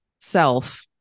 self